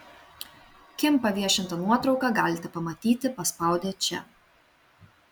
kim paviešintą nuotrauką galite pamatyti paspaudę čia